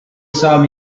saw